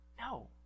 No